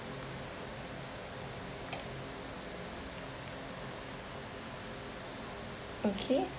okay